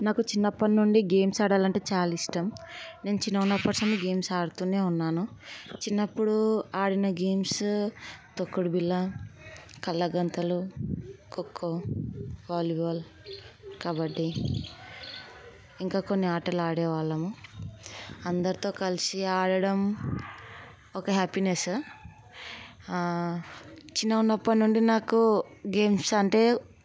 నాకు చిన్నప్పటినుండి గేమ్స్ ఆడాలంటే చాలా ఇష్టం నేను చిన్నగా ఉన్నప్పుడు నుంచి గేమ్స్ ఆడుతూనే ఉన్నాను చిన్నప్పుడు ఆడిన గేమ్స్ తొక్కుడు బిళ్ళ కళ్ళగంతలు ఖోఖో వాలీబాల్ కబడ్డీ ఇంకా కొన్ని ఆటలు ఆడే వాళ్ళము అందరితో కలిసి ఆడడం ఒక హ్యాపీనెస్ ఆ చిన్నగా ఉన్నప్పుడు నుండి నాకు గేమ్స్ అంటే